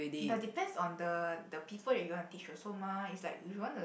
but depends on the the people that you want to teach also mah it's like you want the